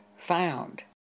found